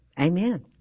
Amen